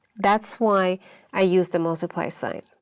that's why i use the multiply sign.